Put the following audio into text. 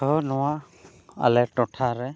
ᱦᱳᱭ ᱱᱚᱣᱟ ᱟᱞᱮ ᱴᱚᱴᱷᱟᱨᱮ